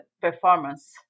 performance